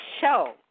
show